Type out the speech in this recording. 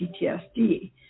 PTSD